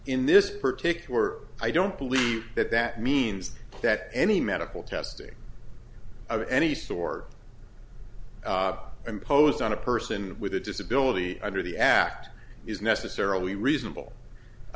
in this particular i don't believe that that means that any medical testing of any sort imposed on a person with a disability under the act is necessarily reasonable i